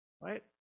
Right